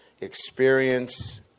experience